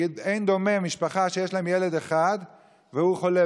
כי אין דומה משפחה שיש להם ילד אחד והוא חולה